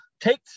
take